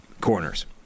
corners